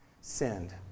sinned